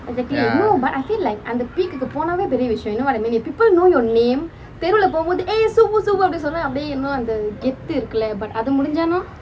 ya